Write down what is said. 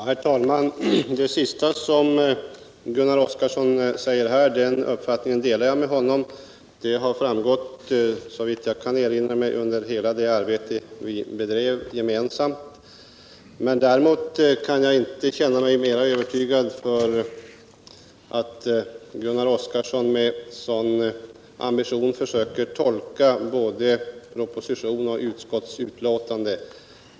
Herr talman! Den uppfattning som Gunnar Oskarson förde fram nu senast delar jag med honom. Såvitt jag kan erinra mig, har det varit så under hela det arbete vi bedrivit gemensamt. Däremot känner jag mig inte mera övertygad därför att Gunnar Oskarson med sådan ambition försöker tolka både propositionen och utskottsbetänkandet.